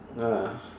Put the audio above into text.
ya